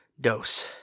dose